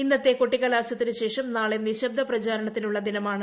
ഇന്നത്തെ കൊട്ടിക്കലാശത്തിനുശേഷം നാളെ നിശബ്ദ പ്രചാരണത്തിനുള്ള ദിനമാണ്